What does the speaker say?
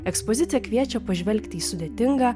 ekspozicija kviečia pažvelgti į sudėtingą